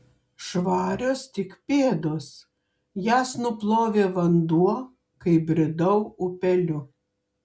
švarios tik pėdos jas nuplovė vanduo kai bridau upeliu